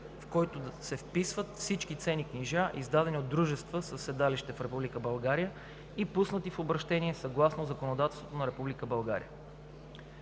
в който се вписват всички ценни книжа, издадени от дружества със седалище в Република България и пуснати в обръщение съгласно законодателството на